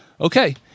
Okay